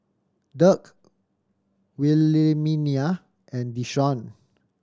Dirk Wilhelmina and Deshaun